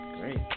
Great